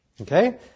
okay